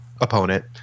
opponent